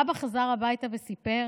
האבא חזר הביתה וסיפר